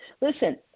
Listen